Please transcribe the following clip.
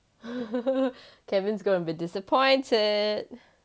kevin is gonna be disappointed